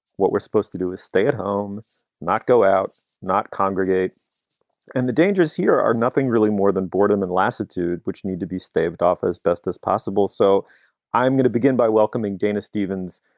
what we're supposed to do is stay at home, not go out, not congregate in and the dangerous. here are nothing really more than boredom and lassitude which need to be staved off as best as possible. so i'm going to begin by welcoming dana stevens,